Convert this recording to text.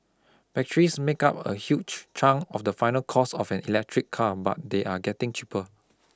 batteries make up a huge chunk of the final cost of an electric car but they are getting cheaper